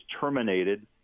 terminated